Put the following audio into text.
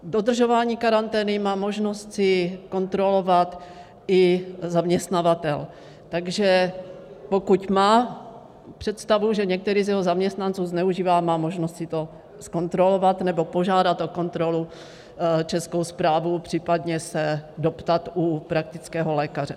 Dodržování karantény má možnost si kontrolovat i zaměstnavatel, takže pokud má představu, že některý z jeho zaměstnanců zneužívá, má možnost si to zkontrolovat nebo požádat o kontrolu Českou správu, případně se doptat u praktického lékaře.